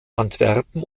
antwerpen